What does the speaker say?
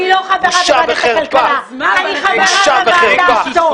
אני לא חברה בוועדת הכלכלה, אני חברה בוועדה הזאת.